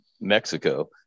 Mexico